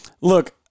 look